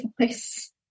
voice